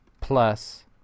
plus